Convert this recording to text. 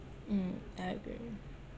mm I agree